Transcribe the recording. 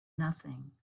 nothing